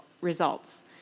results